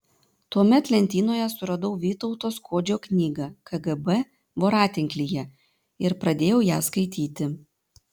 tuomet lentynoje suradau vytauto skuodžio knygą kgb voratinklyje ir pradėjau ją skaityti